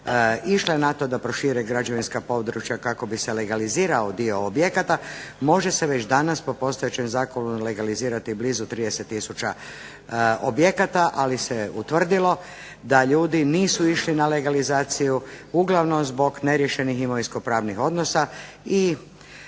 išle na to da prošire građevinska područja kako bi se legalizirao dio objekata može se već danas po postojećem zakonu legalizirati blizu 30 tisuća objekata, ali se utvrdilo da ljudi nisu išli na legalizaciju uglavnom zbog neriješenih imovinsko-pravnih odnosa i